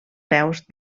peus